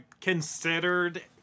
considered